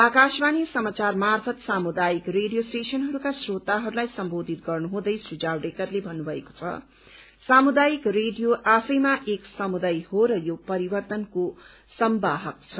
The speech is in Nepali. आकाशवाणी सामाचार मार्फत सामुदायिक रेडियो स्टेशनहरूका श्रोताहरूलाई सम्बोधित गर्नुहुँदै श्री जावडेकरले भत्रुभएको छ सामुदायिक रेडियो आफैमा एक समुदाय हो र यो पविर्तनको संवाहक छ